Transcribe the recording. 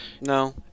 no